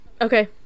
Okay